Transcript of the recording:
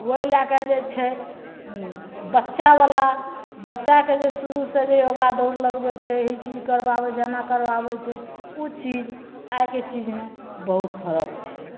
ओहि लए कऽ जे छै बच्चा बाला बच्चाके जे शुरू सँ जे योगा दौड़ लगबै छै हे ई चीज करबाबै छै हे एना करबाबै छै ओ चीज आइके चीजमे बहुत फरक छै